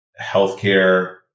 healthcare